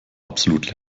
absolut